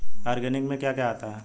Organic में क्या क्या आता है?